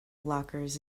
blockers